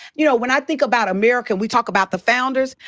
you know, when i think about america, we talk about the founders.